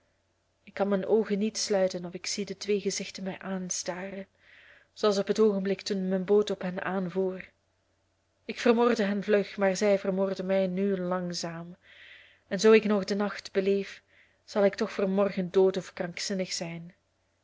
ik kan mijn oogen niet sluiten of ik zie de twee gezichten mij aanstaren zooals op het oogenblik toen mijn boot op hen aanvoer ik vermoordde hen vlug maar zij vermoorden mij nu langzaam en zoo ik nog den nacht beleef zal ik toch voor morgen dood of krankzinnig zijn